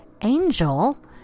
angel